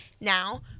now